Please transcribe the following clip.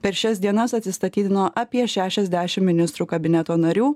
per šias dienas atsistatydino apie šešiasdešim ministrų kabineto narių